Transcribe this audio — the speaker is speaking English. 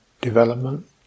development